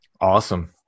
Awesome